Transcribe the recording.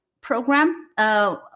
program